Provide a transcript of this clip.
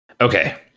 Okay